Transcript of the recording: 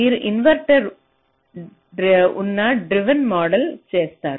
మీరు ఇన్వర్టర్ ఉన్న డ్రైవర్ను మోడల్ చేసారు